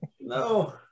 No